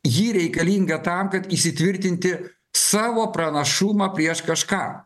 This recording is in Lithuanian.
ji reikalinga tam kad įsitvirtinti savo pranašumą prieš kažką